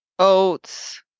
Oats